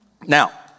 Now